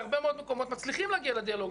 בהרבה מאוד מקומות מצליחים להגיע לדיאלוג